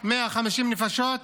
150 נפשות,